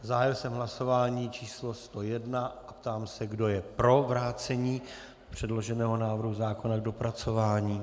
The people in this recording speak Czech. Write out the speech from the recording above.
Zahájil jsem hlasování číslo 101 a ptám se, kdo je pro vrácení předloženého návrhu zákona k dopracování.